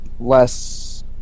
less